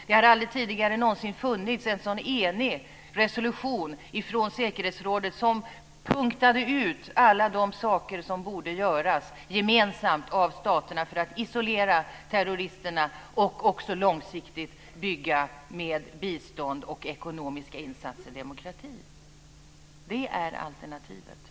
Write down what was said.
Det har aldrig någonsin tidigare funnits en så enig resolution från säkerhetsrådet som punktade alla de saker som borde göras gemensamt av staterna för att isolera terroristerna och också långsiktigt med bistånd och ekonomiska insatser bygga demokratin. Det är alternativet.